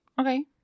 Okay